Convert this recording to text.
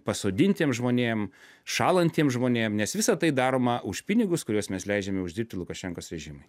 pasodintiem žmonėm šąlantiem žmonėm nes visa tai daroma už pinigus kuriuos mes leidžiame uždirbti lukašenkos režimui